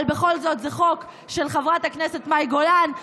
אבל בכל זאת זה חוק של חברת הכנסת מאי גולן,